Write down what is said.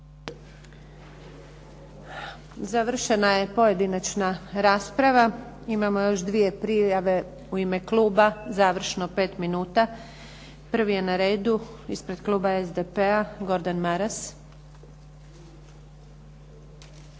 Završena je pojedinačna rasprava. Imamo još dvije prijave u ime kluba završno pet minuta. Prvi je na redu ispred kluba SDP-a Gordan Maras.